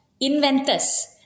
inventors